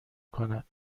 کند